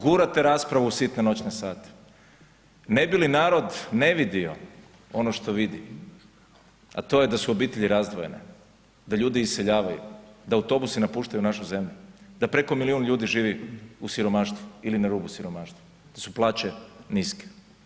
Gurate raspravu u sitne noćne sate, ne bi li narod ne vidio ono što vidi, a to je da su obitelji razdvojene, da ljudi iseljavaju, da autobusi napuštaju našu zemlju, da preko milion ljudi živi u siromaštvu ili na rubu siromaštva, da su plaće niske.